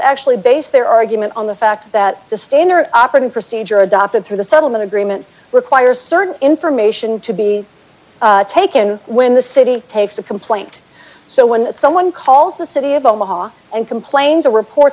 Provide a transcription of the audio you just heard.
actually based their argument on the fact that the stayner operating procedure adopted through the settlement agreement requires certain information to be taken when the city takes a complaint so when someone calls the city of omaha and complains of report